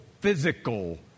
physical